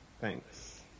thanks